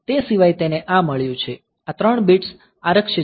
તે સિવાય તેને આ મળ્યું છે આ 3 બિટ્સ આરક્ષિત છે